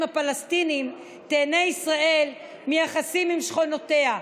הפלסטינים תיהנה ישראל מיחסים עם שכנותיה.